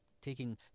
taking